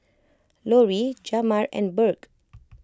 Lori Jamar and Burke